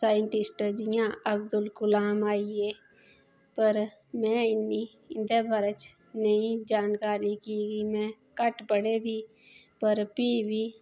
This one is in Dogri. साइंटिस्ट जि'यां अब्दुल कलाम आई गे पर में इन्नी इं'दे बारे च नेईं जानकारी कि में घट्ट पढे़ दी पर फ्ही बी